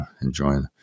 enjoying